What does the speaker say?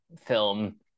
film